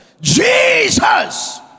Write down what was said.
Jesus